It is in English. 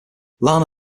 lana